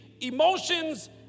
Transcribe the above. emotions